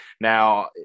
Now